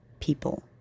people